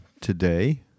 today